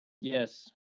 Yes